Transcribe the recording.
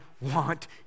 want